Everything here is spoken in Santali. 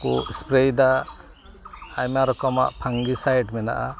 ᱠᱚ ᱥᱯᱨᱮᱭᱮᱫᱟ ᱟᱭᱢᱟ ᱨᱚᱠᱚᱢᱟᱜ ᱯᱷᱟᱝᱜᱤᱼᱥᱟᱭᱤᱰ ᱢᱮᱱᱟᱜᱼᱟ